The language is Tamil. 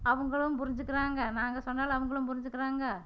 அவங்களும் புரிஞ்சுக்கிறாங்க நாங்கள் சொன்னாலும் அவங்களும் புரிஞ்சுக்கிறாங்க